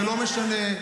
ולא משנה,